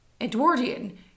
Edwardian